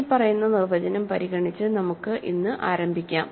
ഇനിപ്പറയുന്ന നിർവചനം പരിഗണിച്ച് നമുക്ക് ഇന്ന് ആരംഭിക്കാം